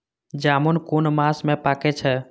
जामून कुन मास में पाके छै?